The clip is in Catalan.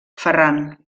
ferran